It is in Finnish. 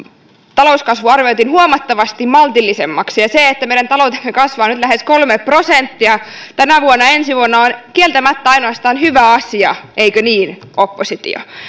talouskasvu arvioitiin huomattavasti maltillisemmaksi ja se että meidän taloutemme kasvaa nyt lähes kolme prosenttia tänä vuonna ja ensi vuonna on kieltämättä ainoastaan hyvä asia eikö niin oppositio